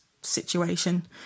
situation